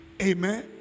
Amen